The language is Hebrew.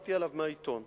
למדתי עליו מהעיתון,